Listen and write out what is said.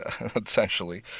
essentially